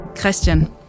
Christian